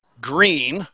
green